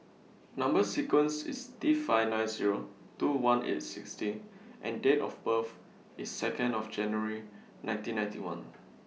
Number sequence IS T five nine Zero two one eight six D and Date of birth IS Second of January nineteen ninety one